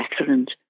excellent